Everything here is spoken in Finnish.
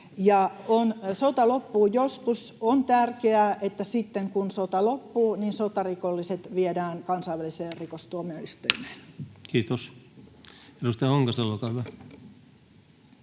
Sota loppuu joskus. On tärkeää, että sitten kun sota loppuu, sotarikolliset viedään kansainväliseen rikostuomioistuimeen. Kiitos. — Edustaja Honkasalo, olkaa hyvä.